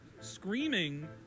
screaming